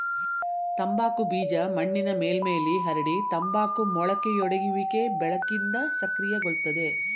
ತಂಬಾಕು ಬೀಜ ಮಣ್ಣಿನ ಮೇಲ್ಮೈಲಿ ಹರಡಿ ತಂಬಾಕು ಮೊಳಕೆಯೊಡೆಯುವಿಕೆ ಬೆಳಕಿಂದ ಸಕ್ರಿಯಗೊಳ್ತದೆ